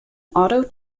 otto